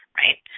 right